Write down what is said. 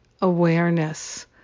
awareness